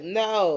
no